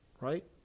Right